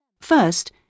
First